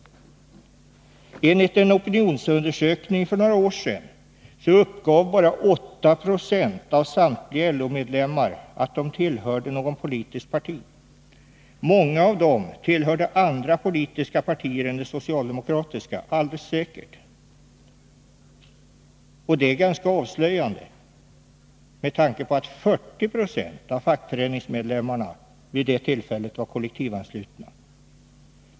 Enligt en opinionsundersökning för några år sedan uppgav bara 8 96 av samtliga LO-medlemmar att de tillhörde något politiskt parti. Många av dem tillhörde alldeles säkert andra politiska partier än det socialdemokratiska. Detta är ganska avslöjande med tanke på att 40 96 av fackföreningsmedlemmarna vid det tillfället var kollektivanslutna.